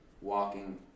Walking